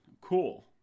cool